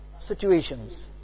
situations